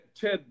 Ted